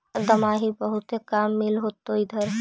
दमाहि बहुते काम मिल होतो इधर?